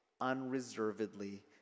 unreservedly